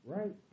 Right